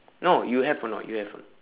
no you have or not you have or not